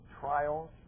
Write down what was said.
trials